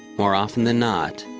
more often than not,